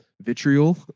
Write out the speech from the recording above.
vitriol